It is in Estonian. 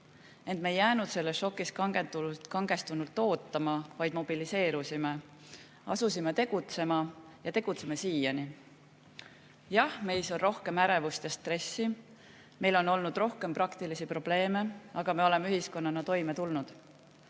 Ent me ei jäänud selles šokis kangestunult ootama, vaid mobiliseerusime, asusime tegutsema ja tegutseme siiani. Jah, meis on rohkem ärevust ja stressi, meil on olnud rohkem praktilisi probleeme, aga me oleme ühiskonnana toime tulnud.